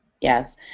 Yes